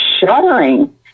shuddering